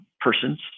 persons